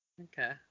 Okay